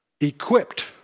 equipped